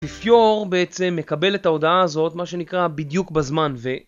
לפיור בעצם מקבל את ההודעה הזאת, מה שנקרא בדיוק בזמן ו...